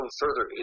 further